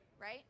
right